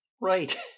Right